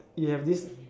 we have this